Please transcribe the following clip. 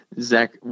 Zach